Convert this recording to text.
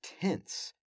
tense